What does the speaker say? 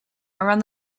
around